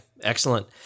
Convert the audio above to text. excellent